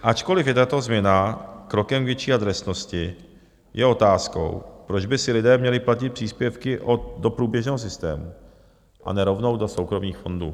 Ačkoliv je tato změna krokem k větší adresnosti, je otázkou, proč by si lidé měli platit příspěvky do průběžného systému a ne rovnou do soukromých fondů.